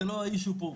זה לא האישיו פה,